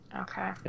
Okay